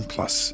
Plus